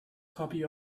copy